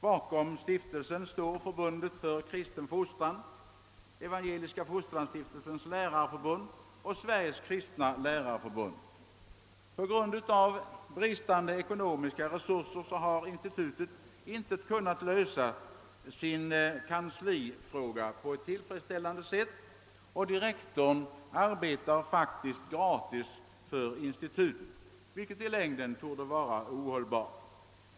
Bakom stiftelsen står Förbundet för kristen fostran, Evangeliska fosterlandsstiftelsens lärarförbund och Sveriges kristna lärarförbund. På grund av bristande ekonomiska resurser har institutet inte kunnat lösa sin kanslifråga på ett tillfredsställande sätt, och direktorn arbetar faktiskt gratis för institutet vilket i längden torde vara ohållbart.